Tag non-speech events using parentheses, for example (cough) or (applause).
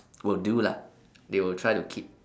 (noise) will do lah (noise) they will try to keep